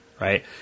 Right